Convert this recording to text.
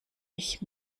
ich